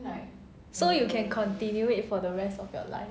so you can continue it for the rest of your life